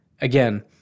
Again